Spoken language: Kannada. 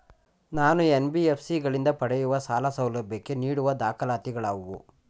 ನಾನು ಎನ್.ಬಿ.ಎಫ್.ಸಿ ಗಳಿಂದ ಪಡೆಯುವ ಸಾಲ ಸೌಲಭ್ಯಕ್ಕೆ ನೀಡುವ ದಾಖಲಾತಿಗಳಾವವು?